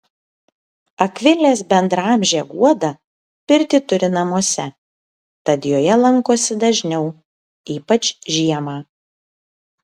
akvilės bendraamžė guoda pirtį turi namuose tad joje lankosi dažniau ypač žiemą